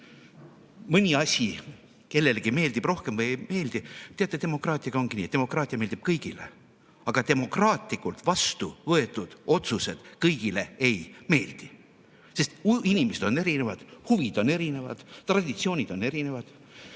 mõni asi meeldib kellelegi rohkem või kellelegi ei meeldi. Teate, demokraatiaga ongi nii: demokraatia meeldib kõigile, aga demokraatlikult vastu võetud otsused kõigile ei meeldi, sest inimesed on erinevad, huvid on erinevad, traditsioonid on erinevad.